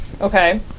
Okay